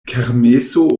kermeso